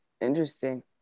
interesting